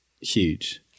huge